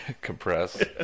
Compress